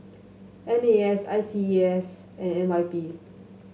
N A S I C E A S and N Y P